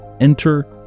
Enter